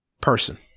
person